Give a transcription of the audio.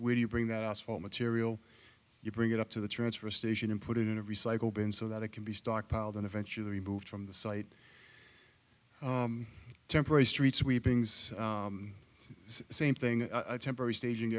when you bring that asphalt material you bring it up to the transfer station and put it in a recycle bin so that it can be stockpiled and eventually removed from the site temporary street sweepings same thing a temporary staging